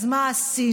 אז מה עשינו?